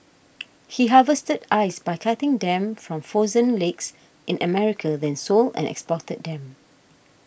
he harvested ice by cutting them from frozen lakes in America then sold and exported them